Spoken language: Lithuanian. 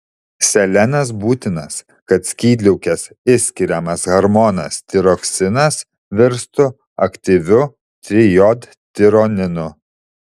selenas būtinas kad skydliaukės išskiriamas hormonas tiroksinas virstų aktyviu trijodtironinu